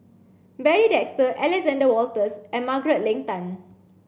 Barry Desker Alexander Wolters and Margaret Leng Tan